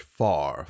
far